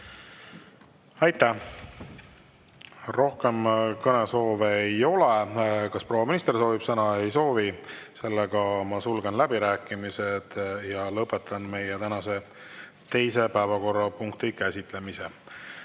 Aitäh! Rohkem kõnesoove ei ole. Kas proua minister soovib sõna? Ei soovi. Sulgen läbirääkimised ja lõpetan meie tänase teise päevakorrapunkti käsitlemise.